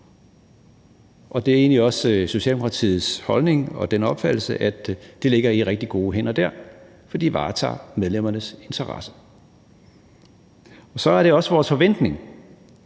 egentlig også Socialdemokratiets holdning og vores opfattelse, at det ligger i rigtig gode hænder dér, for de varetager medlemmernes interesser. Så er det også vores forventning,